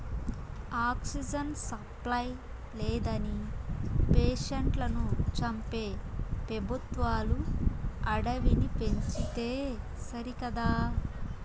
oxygen supply లేదని పేషెంట్లను చంపే పెబుత్వాలు అడవిని పెంచితే సరికదా